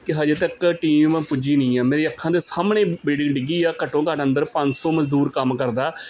ਕਿ ਅਜੇ ਤੱਕ ਟੀਮ ਪੁੱਜੀ ਨਹੀਂ ਹੈ ਮੇਰੀ ਅੱਖਾਂ ਦੇ ਸਾਹਮਣੇ ਬਿਲਡਿੰਗ ਡਿੱਗੀ ਆ ਘੱਟੋ ਘੱਟ ਅੰਦਰ ਪੰਜ ਸੌ ਮਜ਼ਦੂਰ ਕੰਮ ਕਰਦਾ